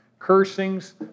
Cursings